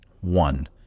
One